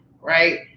right